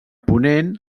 ponent